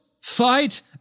fight